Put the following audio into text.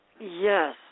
yes